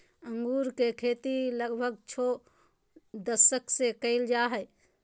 अंगूर के खेती लगभग छो दशक से कइल जा हइ